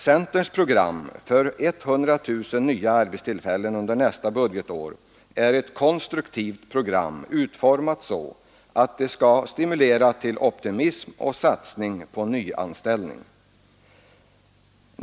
Centerns program för 100000 nya arbetstillfällen under nästa budgetår är ett konstruktivt program, utformat så att det skall stimulera till optimism och satsning på nyanställning.